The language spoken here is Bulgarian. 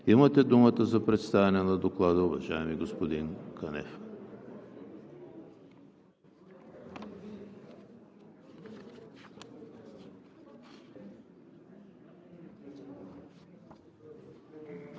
имате думата за представяне на Доклада, уважаеми господин Кънев.